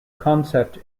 concept